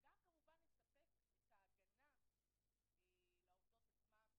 וגם כמובן לספק את ההגנה לעובדות עצמן.